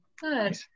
good